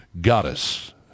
goddess